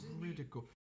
critical